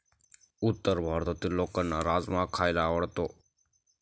उत्तर भारतातील लोकांना राजमा खायला आवडतो